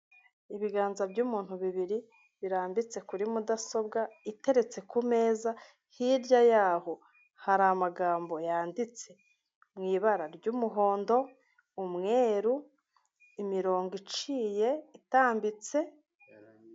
Ibiganza by'umuntu bibiri birambitse kuri mudasobwa iteretse ku meza, hirya y'aho hari amagambo yanditse mu ibara ry'umuhondo umweru imirongo iciye itambitse.